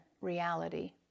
reality